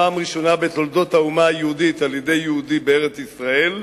בפעם הראשונה בתולדות האומה היהודית על-ידי יהודי בארץ-ישראל,